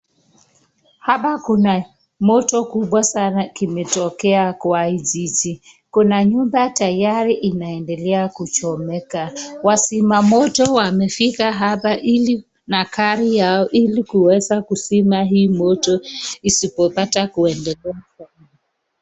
Hapa kuna moto kubwa sana imetokea kwa hii zizi ,kuna nyumba tayari inaendelea kuchomeka ,wazima moto wamefika apa ili na gari yao ili kuweza kuzima hii moto isipopata kuendelea.